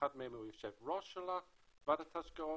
שאחד מהם הוא יושב ראש ועדת ההשקעות,